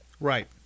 Right